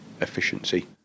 efficiency